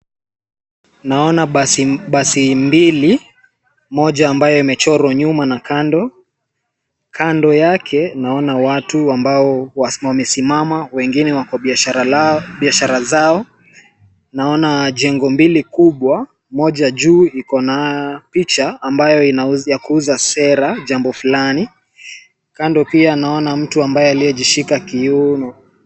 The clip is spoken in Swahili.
Naona basi mbili, moja ambayo imechorwa nyuma na kando. Kando yake naona watu ambao wamesimama, wengine wako biashara lao, biashara zao. Naona jengo mbili kubwa, moja juu ikona picha ambayo ni ya kuuza sera jambo fulani. Kando pia naona mtu ambaye aliyejishika kiuno.